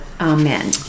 Amen